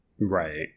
Right